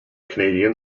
canadian